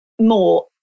more